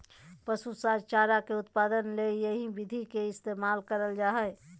पशु चारा के उत्पादन ले भी यही विधि के इस्तेमाल करल जा हई